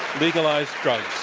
legalize drugs.